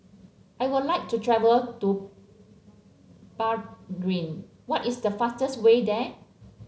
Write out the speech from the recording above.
I would like to travel to Bahrain what is the fastest way there